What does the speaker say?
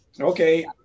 Okay